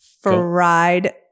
Fried